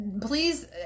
please